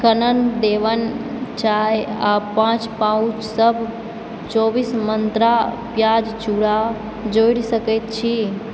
कनन डेवन चाय आ पाँच पाउच सब चौबीस मन्त्रा प्याज चूड़ा जोड़ि सकै छी